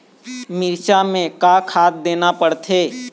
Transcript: मिरचा मे का खाद देना पड़थे?